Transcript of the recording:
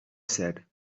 said